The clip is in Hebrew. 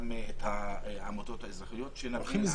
גם את העמותות האזרחיות, שנבין את הנושא.